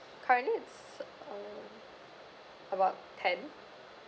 currently it's um about ten